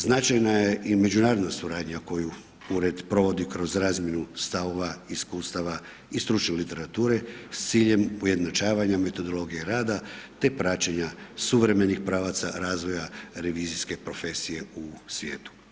Značajna je i međunarodna suradnja koju ured provodi kroz razmjenu stavova, iskustava i stručne literature s ciljem ujednačavanja metodologije rada te praćenja suvremenih pravaca razvoja revizijske profesije u svijetu.